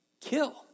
kill